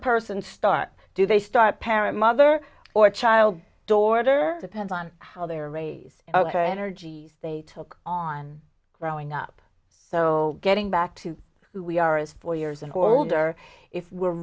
person start do they start parent mother or child dorter depends on how they are raised energies they took on growing up so getting back to who we are as four years older if we're